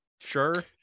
Sure